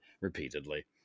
repeatedly